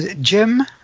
Jim